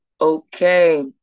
Okay